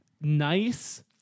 nice